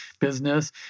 business